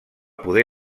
poder